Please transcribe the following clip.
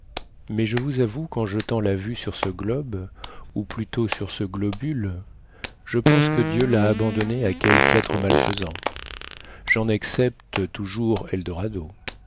mais je vous avoue qu'en jetant la vue sur ce globe ou plutôt sur ce globule je pense que dieu l'a abandonné à quelque être malfaisant j'en excepte toujours eldorado